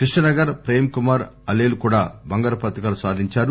కృష్ణ నగర్ ప్రేమ్ కుమార్ అలేలు కూడా బంగారు పతకాలు సాధించారు